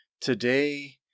Today